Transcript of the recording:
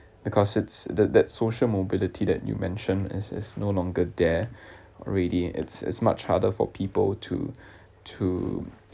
because it's that that social mobility that you mention is is no longer there already it's it's much harder for people to to